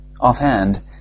Offhand